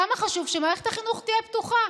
כמה חשוב שמערכת החינוך תהיה פתוחה.